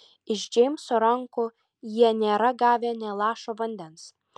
iš džeimso rankų jie nėra gavę nė lašo vandens